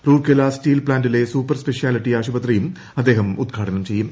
Rourkela steel പ്താന്റിലെ super speciality ആശുപത്രിയും അദ്ദേഹം ഉദ്ഘാടനം ചെയ്യും